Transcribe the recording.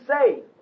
say